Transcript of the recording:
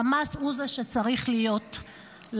חמאס הוא זה שצריך להיות לחוץ.